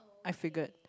I figured